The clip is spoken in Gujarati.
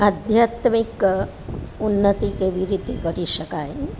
આધ્યાત્મિક ઉન્નતિ કેવી રીતે કરી શકાય